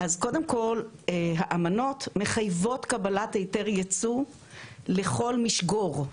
האמנות מחייבות קבלת היתר ייצוא לכל משגור,